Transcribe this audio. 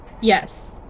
Yes